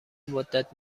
مدت